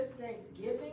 thanksgiving